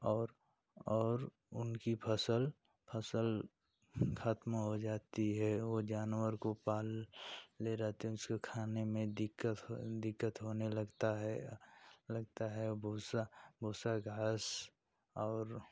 और और उनकी फसल फसल खत्म हो जाती है वह जानवर को पाल ले रहते हैं उसको खाने में दिक्कत दिक्कत होने लगता है लगता है भूसा भूसा घास और